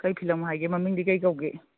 ꯀꯩ ꯐꯤꯂꯝ ꯍꯥꯏꯒꯦ ꯃꯃꯤꯡꯗꯤ ꯀꯩ ꯀꯧꯒꯦ